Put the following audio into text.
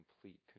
complete